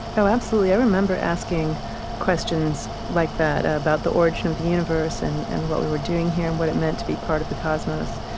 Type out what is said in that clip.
oh, absolutely, i remember asking questions like that, about the origin of the universe, and and what we were doing here and what it meant to be a part of the cosmos.